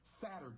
Saturday